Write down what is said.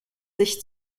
sich